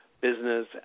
business